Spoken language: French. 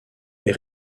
est